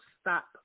stop